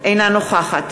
אינה נוכחת